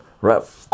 right